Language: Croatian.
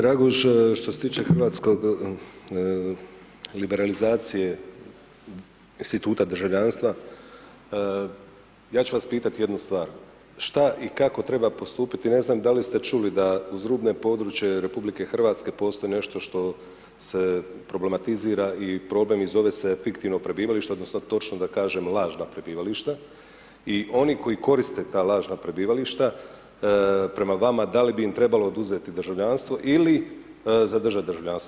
Raguž, što se tiče hrvatskog, liberalizacije instituta državljanstva ja ću vas pitati jednu stvar, šta i kako treba postupiti, ne znam da li ste čuli da uz rubne područje RH postoji nešto što se problematizira i problem i zove se fiktivno prebivalište odnosno točno da kažem lažna prebivališta i oni koji koriste ta lažna prebivališta prema vama da li bi im trebalo oduzeti državljanstvo ili zadržati državljanstvo?